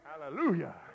hallelujah